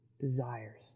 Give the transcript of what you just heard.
desires